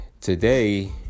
Today